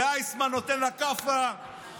ואייסמן נותן לה כאפה,